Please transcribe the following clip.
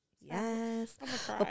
Yes